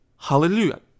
Hallelujah